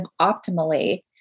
optimally